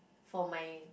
for my